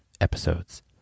episodes